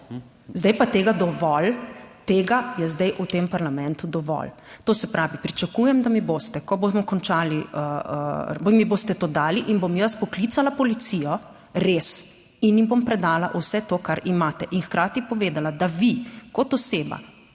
Zdaj pa je tega dovolj. Tega je zdaj v tem parlamentu dovolj. To se pravi, pričakujem, da mi boste, ko bomo končali, mi boste to dali in bom jaz poklicala policijo, res, in jim bom predala vse to kar imate, in hkrati povedala, da vi kot oseba,